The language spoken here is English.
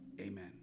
Amen